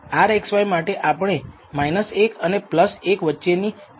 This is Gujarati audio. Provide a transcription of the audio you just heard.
rxy માટે આપણે 1 અને 1 વચ્ચેની કોઈપણ કિંમત બતાવી શકીએ